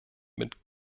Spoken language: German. mit